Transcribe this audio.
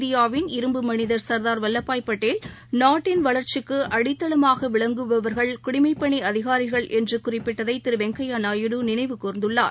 இந்திபாவின் இரும்பு மனிதர் சர்தார் வல்லபாய் படேல் நாட்டின் வளர்ச்சிக்கு அடிதளமாக விளங்குபவர்கள் குடிமைப்பணி அதிகாரிகள் என்று குறிப்பிட்டதை திரு வெங்கையா நாயுடு நினைவு கூர்ந்துள்ளார்